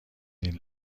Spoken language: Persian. این